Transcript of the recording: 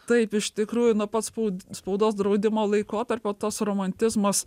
taip iš tikrųjų nuo pat spaud spaudos draudimo laikotarpio tas romantizmas